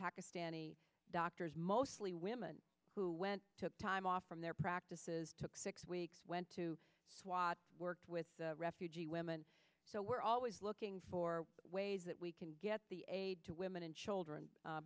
pakistani doctors mostly women who went to time off from their practices took six weeks went to work with refugee women so we're always looking for ways that we can get the aid to women and children